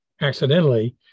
accidentally